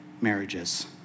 marriages